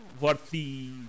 worthy